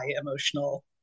emotional